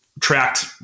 tracked